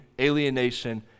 alienation